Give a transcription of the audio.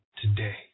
today